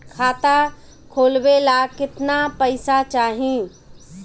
खाता खोलबे ला कितना पैसा चाही?